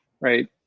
right